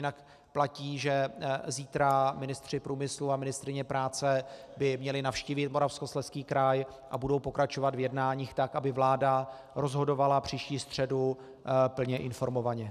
Jinak platí, že zítra ministr průmyslu a ministryně práce by měli navštívit Moravskoslezský kraj a budou pokračovat v jednáních tak, aby vláda rozhodovala příští středu plně informovaně.